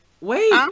Wait